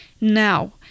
now